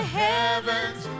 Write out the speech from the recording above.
heavens